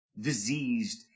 diseased